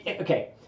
Okay